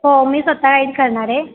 हो मी स्वत गाईड करणार आहे